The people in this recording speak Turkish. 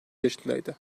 yaşındaydı